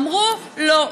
אמרו: לא.